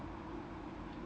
oh